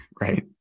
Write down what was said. Right